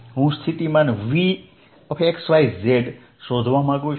હું સ્થિતિમાન Vxyz શોધવા માંગું છું